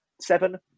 seven